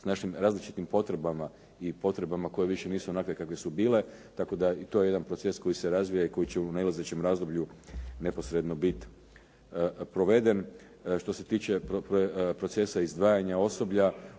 s našim različitim potrebama i potrebama koje više nisu onakve kakve su bile. Tako da i to je jedan proces koji se razvija i koji će u nailazećem razdoblju neposredno biti proveden. Što se tiče procesa izdvajanja osoblja,